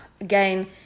again